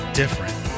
different